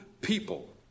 people